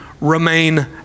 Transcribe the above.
remain